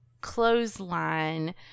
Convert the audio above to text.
clothesline